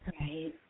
Right